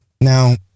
now